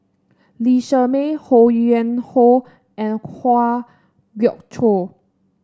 Lee Shermay Ho Yuen Hoe and Kwa Geok Choo